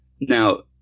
Now